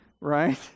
right